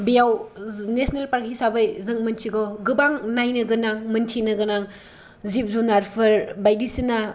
बेयाव national park हिसाबै मोनसिगौ गोबां नायनोगोनां मोन्थिनो गोनां जिब जुनारफोर बायदिसिना